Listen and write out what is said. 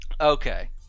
okay